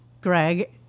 Greg